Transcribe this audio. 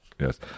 Yes